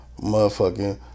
motherfucking